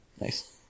Nice